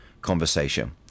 conversation